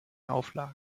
auflagen